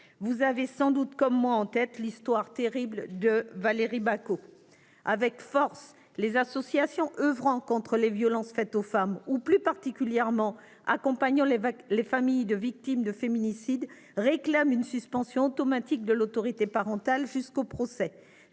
doute en tête, tout comme moi, la terrible histoire de Valérie Bacot. Avec force, les associations oeuvrant contre les violences faites aux femmes et, plus particulièrement, celles qui accompagnent les familles de victimes de féminicide, réclament une suspension automatique de l'autorité parentale jusqu'au procès.